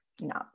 no